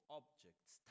objects